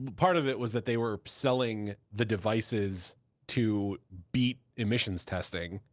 part of it was that they were selling the devices to beat emissions testing.